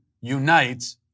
unite